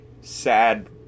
sad